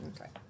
Okay